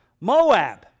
Moab